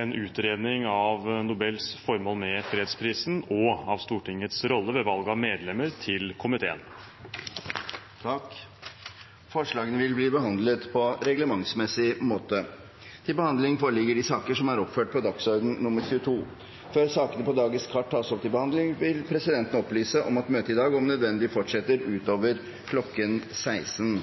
en utredning av Nobels formål med fredsprisen og av Stortingets rolle ved valg av medlemmer til komiteen. Forslagene vil bli behandlet på reglementsmessig måte. Før sakene på dagens kart tas opp til behandling, vil presidenten opplyse om at møtet i dag om nødvendig fortsetter utover kl. 16.